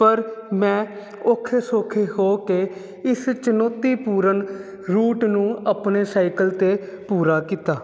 ਪਰ ਮੈਂ ਔਖੇ ਸੌਖੇ ਹੋ ਕੇ ਇਸ ਚੁਣੌਤੀਪੂਰਨ ਰੂਟ ਨੂੰ ਆਪਣੇ ਸਾਈਕਲ 'ਤੇ ਪੂਰਾ ਕੀਤਾ